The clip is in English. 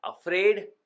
afraid